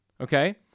okay